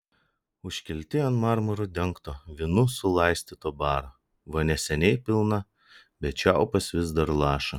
užkelti ant marmuru dengto vynu sulaistyto baro vonia seniai pilna bet čiaupas vis dar laša